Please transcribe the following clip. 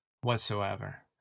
whatsoever